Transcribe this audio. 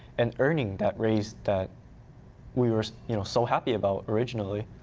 and earning that raise that we were you know so happy about originally.